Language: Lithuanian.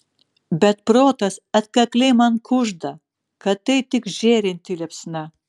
bet protas atkakliai man kužda kad tai tik žėrinti liepsna